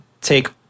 take